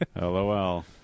LOL